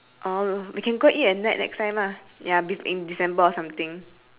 we can go eat at next time ya with in december or something